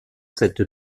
cette